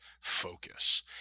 focus